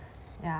ya